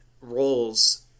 roles